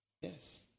yes